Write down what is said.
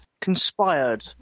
Conspired